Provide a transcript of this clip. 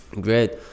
Great